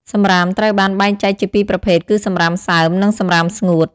សំរាមត្រូវបានបែងចែកជាពីរប្រភេទគឺសំរាមសើម និងសំរាមស្ងួត។